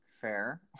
Fair